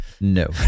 No